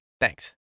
thanks